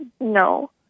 No